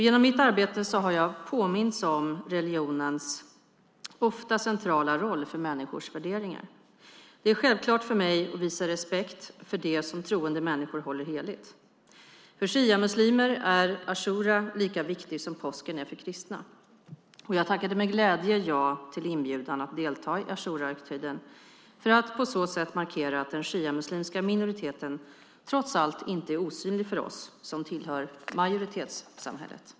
Genom mitt arbete har jag påmints om religionens ofta centrala roll för människors värderingar. Det är självklart för mig att visa respekt för det som troende människor håller heligt. För shiamuslimer är ashura lika viktig som påsken är för kristna. Jag tackade med glädje ja till inbjudan att delta i ashurahögtiden för att på så sätt markera att den shiamuslimska minoriteten trots allt inte är osynlig för oss som tillhör majoritetssamhället.